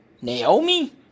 Naomi